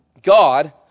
God